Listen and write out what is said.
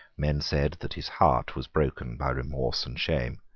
men said that his heart was broken by remorse and shame.